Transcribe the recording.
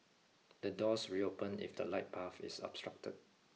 the doors reopen if the light path is obstructed